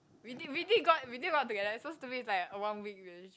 we did we did go out we did go out together it's so stupid it's like a one week relationship